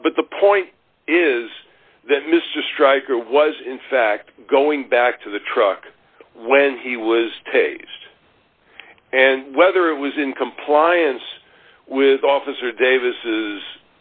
but the point is that mr striker was in fact going back to the truck when he was taste and whether it was in compliance with officer davis's